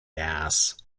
ass